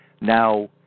Now